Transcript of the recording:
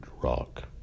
rock